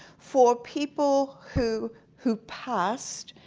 for people who who passed,